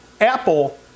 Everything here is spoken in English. Apple